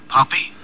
Poppy